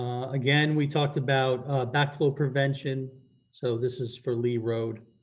again, we talked about backflow prevention so this is for lee road.